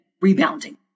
rebounding